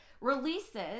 releases